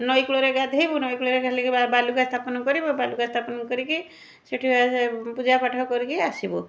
ନଈକୂଳରେ ଗାଧେଇବୁ ନଈକୂଳରେ ଖାଲି ବାଲୁକା ସ୍ଥାପନ କରିବୁ ବାଲୁକା ସ୍ଥାପନ କରିକି ସେଇଠି ପୂଜାପାଠ କରିକି ଆସିବୁ